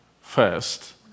first